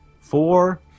four